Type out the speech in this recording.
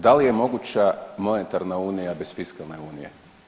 Da li je moguća monetarna unija bez fiskalne unije?